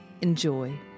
Enjoy